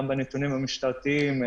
גם בנתונים המשטריים,